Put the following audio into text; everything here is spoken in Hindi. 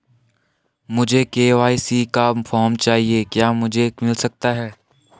मुझे के.वाई.सी का फॉर्म चाहिए क्या मुझे मिल सकता है?